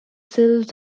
sills